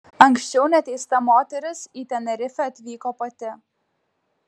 anksčiau neteista moteris į tenerifę atvyko pati